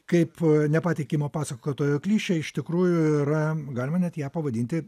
kaip nepatikimo pasakotojo klišė iš tikrųjų yra galima net ją pavadinti